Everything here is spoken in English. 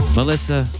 Melissa